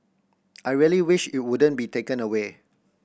I really wish it wouldn't be taken away